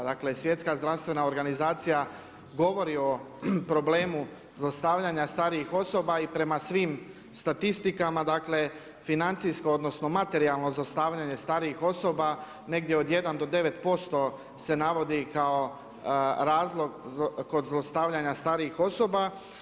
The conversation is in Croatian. Dakle, Svjetska zdravstvena organizacija govori o problemu zlostavljanja starijih osoba i prema svim statistikama dakle, financijsko, odnosno materijalno zlostavljanje starijih osoba negdje od 1 do 9% se navodi kao razlog kod zlostavljanja starijih osoba.